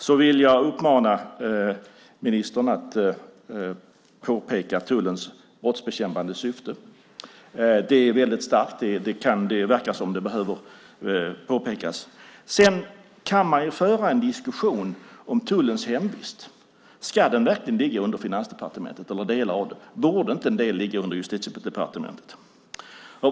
Jag vill uppmana ministern att påpeka tullens brottsbekämpande syfte. Det är väldigt starkt, och det verkar som om det behöver påpekas. Sedan kan man föra en diskussion om tullens hemvist. Ska den verkligen ligga under Finansdepartementet? Borde inte en del ligga under Justitiedepartementet?